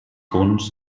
punts